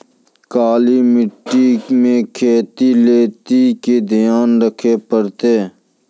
काली मिट्टी मे खेती लेली की ध्यान रखे परतै?